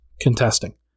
contesting